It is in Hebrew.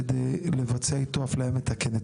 כדי לבצע איתו אפליה מתקנת,